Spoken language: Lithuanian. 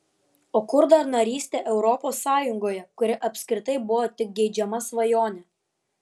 o kur dar narystė europos sąjungoje kuri apskritai buvo tik geidžiama svajonė